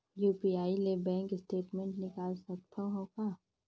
UPI ले bank statement निकाल सकत हवं का?